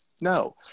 no